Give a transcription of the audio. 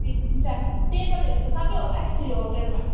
ए हुन्छ टेबलहरू त सबै होला नि फेरि होटेलमा